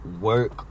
work